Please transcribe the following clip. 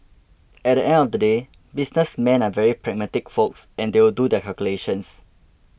at the end of the day businessmen are very pragmatic folks and they'll do their calculations